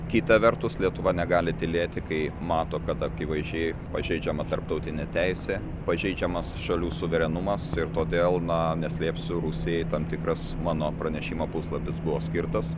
kita vertus lietuva negali tylėti kai mato kad akivaizdžiai pažeidžiama tarptautinė teisė pažeidžiamas šalių suverenumas ir todėl na neslėpsiu rusijai tam tikras mano pranešimo puslapis buvo skirtas